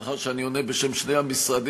מאחר שאני עונה בשם שני המשרדים,